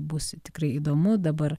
bus tikrai įdomu dabar